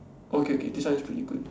okay K this one is pretty good